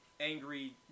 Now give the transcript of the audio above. Angry